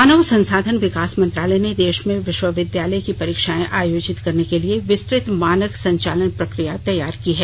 मानव संसाधन विकास मंत्रालय ने देश में विश्वविद्यालय परीक्षाएं आयोजित करने के लिए विस्तृत मानक संचालन प्रक्रिया तैयार की है